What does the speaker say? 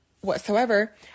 whatsoever